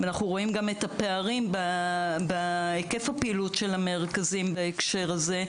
אנחנו רואים את הפערים גם בהיקף הפעילות של המרכזים בהקשר הזה,